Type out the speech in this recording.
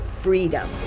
freedom